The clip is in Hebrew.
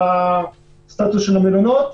סדר בסטטוס של המלוניות,